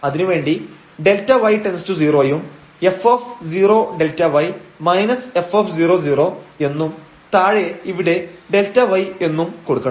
അതിനുവേണ്ടി Δy→0 യും f0Δy f00 എന്നും താഴെ ഇവിടെ Δy എന്നും കൊടുക്കണം